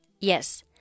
Yes